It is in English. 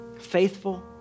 faithful